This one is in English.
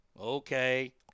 Okay